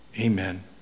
Amen